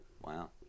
Wow